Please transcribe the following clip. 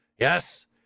Yes